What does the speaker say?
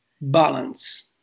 balance